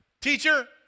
Teacher